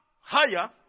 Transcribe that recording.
higher